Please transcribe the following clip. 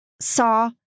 saw